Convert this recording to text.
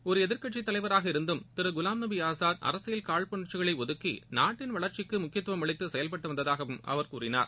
ஒருஎதிர்க்கட்சிதலைவராக இருந்தும் திருகுலாம் நபிஆஸாத் அரசியல் காழ்ப்புணர்ச்சிகளைஒதுக்கி நாட்டின் வளர்ச்சிக்குமுக்கியத்துவம் அளித்துசெயல்பட்டுவந்ததாகவும் அவர் கூறினார்